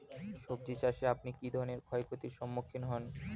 সবজী চাষে আপনি কী ধরনের ক্ষয়ক্ষতির সম্মুক্ষীণ হন?